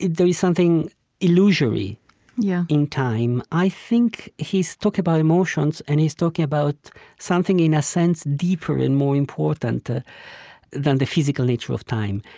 there is something illusory yeah in time, i think he's talking about emotions, and he's talking about something, in a sense, deeper and more important ah than the physical nature of time.